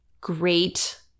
great